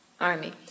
army